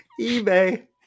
eBay